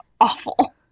awful